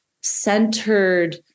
centered